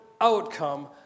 outcome